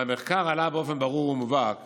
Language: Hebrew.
מהמחקר עלה באופן ברור ומובהק